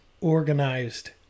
organized